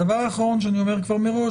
הדבר האחרון שאני אומר כבר מראש,